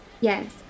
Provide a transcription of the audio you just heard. yes